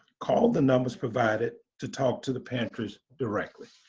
call the numbers provided to talk to the pantries directly.